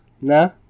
Nah